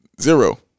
Zero